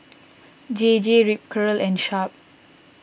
J J Ripcurl and Sharp